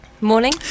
Morning